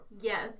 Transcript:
Yes